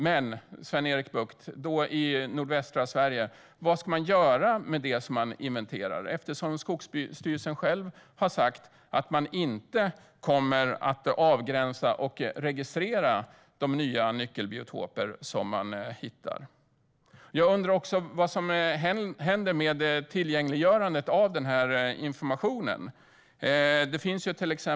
Men vad ska man göra med det som man inventerar i nordvästra Sverige, Sven-Erik Bucht? Skogsstyrelsen har ju sagt att man inte kommer att avgränsa och registrera de nya nyckelbiotoper som man hittar. Jag undrar också vad som händer med tillgängliggörandet av den här informationen.